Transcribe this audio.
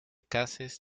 cases